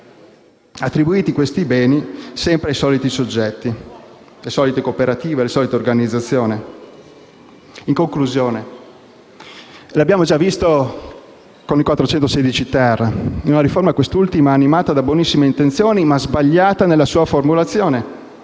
attribuiti questi beni sempre ai soliti soggetti, alle solite cooperative e alle solite organizzazioni. In conclusione, l'abbiamo già visto con il 416-*ter*, una riforma quest'ultima animata da buonissime intenzioni ma sbagliata nella sua formulazione,